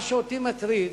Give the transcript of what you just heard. מה שאותי מטריד,